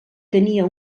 tenia